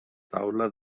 taula